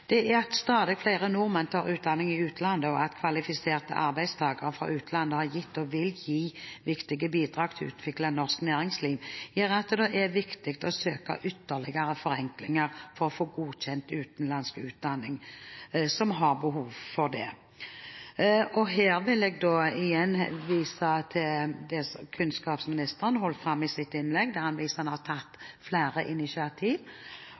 at kvalifiserte arbeidstakere fra utlandet har gitt og vil gi viktige bidrag til å utvikle norsk næringsliv, gjør at det er viktig å søke ytterligere forenklinger for å få godkjent utenlandsk utdanning som har behov for godkjenning. Her vil jeg igjen vise til